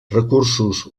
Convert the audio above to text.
recursos